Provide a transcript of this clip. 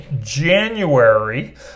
January